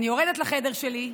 אני יורדת לחדר שלי,